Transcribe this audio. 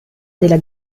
della